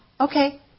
Okay